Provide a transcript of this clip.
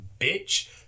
bitch